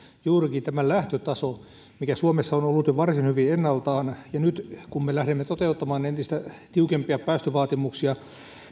juurikin tämä lähtötaso joka suomessa on ollut jo varsin hyvin ennaltaan nyt kun me lähdemme toteuttamaan entistä tiukempia päästövaatimuksia